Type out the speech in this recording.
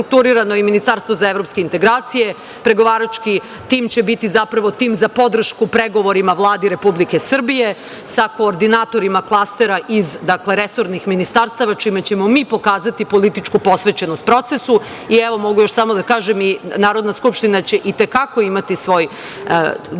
Ministarstvo za Evropske integracije. Pregovarački tim će biti zapravo tim za podršku pregovorima Vladi Republike Srbije sa koordinatorima klastera iz resornih ministarstava, čime ćemo mi pokazati političku posvećenost procesu i evo mogu samo još da kažem i Narodna skupština će i te kako imati svoj deo